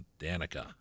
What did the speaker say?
Danica